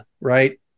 right